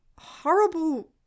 horrible